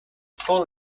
full